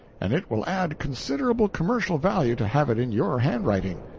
and it will add considerable commercial value to have it in your handwriting.